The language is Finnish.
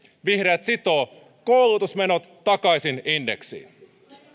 vihreät sitoo koulutusmenot takaisin indeksiin